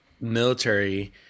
military